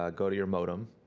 ah go to your modem,